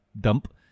dump